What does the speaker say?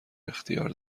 اختیار